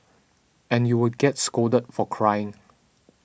and you would get scolded for crying